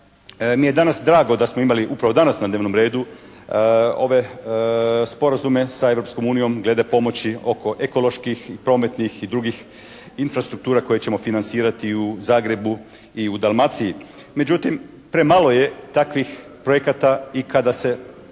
mi je danas drago da smo imali upravo danas na dnevnom redu ove sporazume sa Europskom unijom glede pomoći oko ekoloških, prometnih i drugih infrastruktura koje ćemo financirati u Zagrebu i u Dalmaciji. Međutim, premalo je takvih projekata i kada se